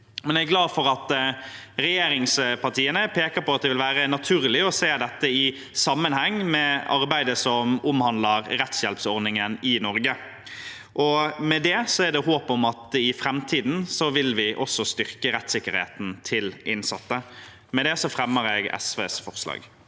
jeg er glad for at regjeringspartiene peker på at det vil være naturlig å se dette i sammenheng med arbeidet som omhandler rettshjelpsordningen i Norge. Med det er det håp om at vi i framtiden vil styrke rettssikkerheten til innsatte. Med dette tar jeg opp forslaget